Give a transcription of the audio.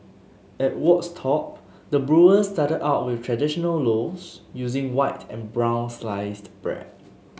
at Wolds Top the brewers started out with traditional loaves using white and brown sliced bread